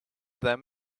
them